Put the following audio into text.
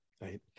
right